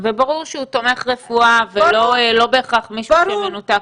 וברור שהוא תומך רפואה ולא בהכרח מישהו שמנותק מהתחום.